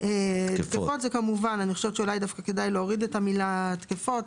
תקפות אני חושבת שאולי כדאי להוריד את המילה "תקפות".